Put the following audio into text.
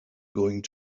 going